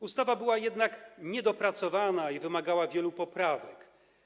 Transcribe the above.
Ustawa była jednak niedopracowana i wymagała wielu poprawek.